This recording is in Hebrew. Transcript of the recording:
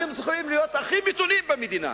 אתם צריכים להיות הכי מתונים במדינה.